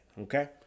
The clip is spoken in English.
Okay